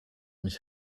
mich